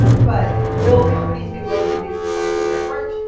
but will companies be willing to do something different?